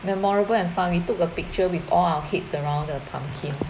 memorable and fun we took a picture with all our heads around the pumpkin